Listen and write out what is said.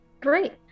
Great